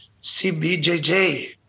CBJJ